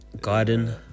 Garden